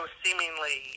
seemingly